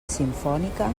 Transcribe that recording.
simfònica